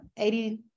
80